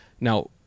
Now